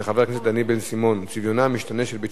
של חבר הכנסת דניאל בן-סימון: צביונה המשתנה של בית-שמש,